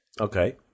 okay